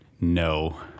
no